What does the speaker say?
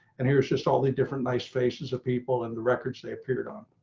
and here's just all the different nice faces of people and the records they appeared on